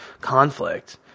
conflict